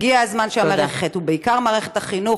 הגיע הזמן שהמערכת, ובעיקר מערכת החינוך,